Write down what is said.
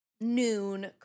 noon